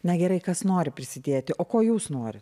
na gerai kas nori prisidėti o ko jūs norit